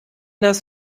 das